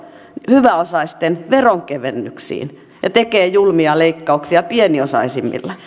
hyväosaisten veronkevennyksiin ja tekee julmia leikkauksia pieniosaisimmille